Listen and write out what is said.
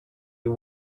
you